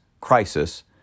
crisis